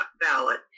ballot